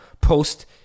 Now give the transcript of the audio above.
post